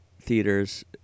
theaters